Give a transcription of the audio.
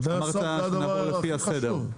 זה הדבר הכי חשוב,